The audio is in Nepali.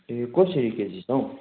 ए कसरी केजी छ हौ